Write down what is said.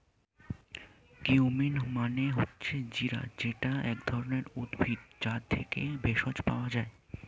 cumin মানে হচ্ছে জিরা যেটা এক ধরণের উদ্ভিদ, যা থেকে ভেষজ পাওয়া যায়